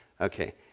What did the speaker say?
Okay